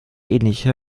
ähnliche